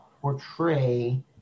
portray